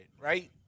right